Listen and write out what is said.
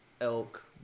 elk